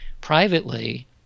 privately